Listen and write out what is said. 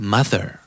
Mother